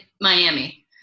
Miami